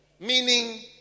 meaning